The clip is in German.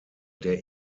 der